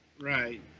Right